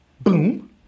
Boom